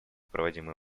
проводимой